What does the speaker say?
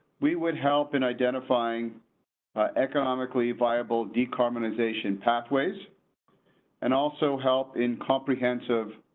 we would help in identifying economically viable decarbonization pathways and also help in comprehensive.